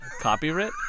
Copyright